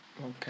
Okay